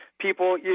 people